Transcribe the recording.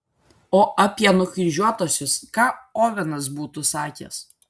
o apie nukryžiuotuosius ką ovenas būtų sakęs